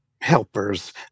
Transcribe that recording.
helpers